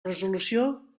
resolució